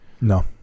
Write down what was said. No